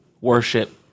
worship